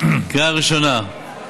לקריאה ראשונה.